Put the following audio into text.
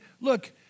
look